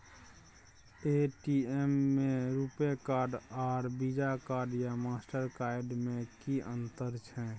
ATM में RuPay card आर Visa card या मास्टर कार्ड में कि अतंर छै?